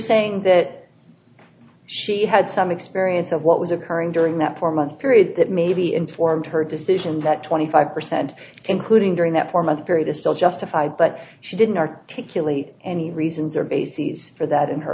saying that she had some experience of what was occurring during that four month period that maybe informed her decision that twenty five percent concluding during that four month period is still justified but she didn't articulate any reasons or bases for that in her